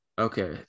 Okay